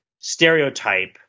stereotype